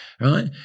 right